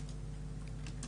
לווינסקי.